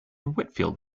whitfield